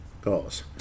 goals